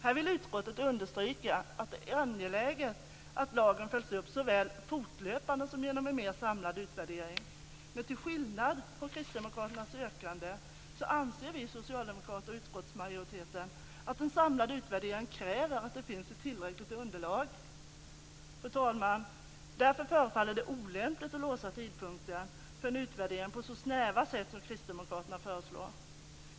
Här vill utskottet understryka att det är angeläget att lagen följs upp såväl fortlöpande som genom en mer samlad utvärdering. Men till skillnad från kristdemokraternas yrkande så anser vi socialdemokrater och utskottsmajoriteten att en samlad utvärdering kräver att det finns ett tillräckligt underlag. Fru talman! Därför förefaller det olämpligt att låsa tidpunkten för en utvärdering på ett så snävt sätt som kristdemokraterna föreslår.